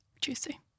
Juicy